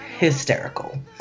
hysterical